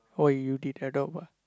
why you did adopt ah